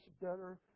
better